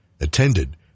attended